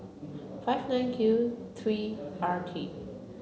five nine Q three R T